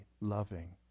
loving